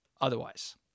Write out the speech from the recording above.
otherwise